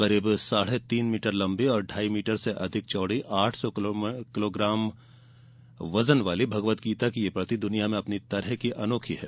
करीब साढ़े तीन मीटर लम्बी और ढाई मीटर से अधिक चौड़ी आठ सौ किलोग्राम वजन वाली भगवद्गीता की यह प्रति दुनिया में अपनी तरह की अनोखी है